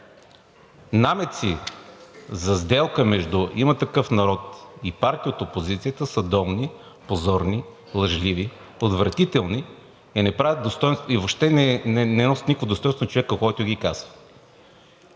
Намеци за сделка между „Има такъв народ“ и партии от опозицията са долни, позорни, лъжливи, отвратителни и въобще не носят никакво достойнство на човека, който ги казва.